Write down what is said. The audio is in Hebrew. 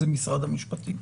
זה משרד המשפטים.